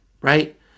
right